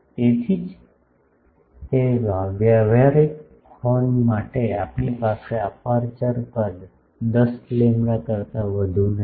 તેથી તેથી જ વ્યવહારિક હોર્ન માટે આપણી પાસે અપેરચ્યોર કદ 10 લેમ્બડા કરતા વધુ નથી